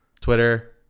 Twitter